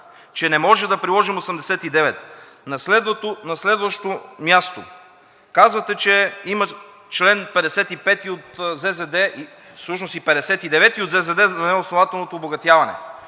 че не можем да приложим чл. 89. На следващо място. Казвате, че има чл. 55 от ЗЗД всъщност и чл. 59 от ЗЗД за неоснователното обогатяване.